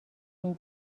این